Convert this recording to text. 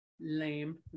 Lame